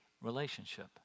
relationship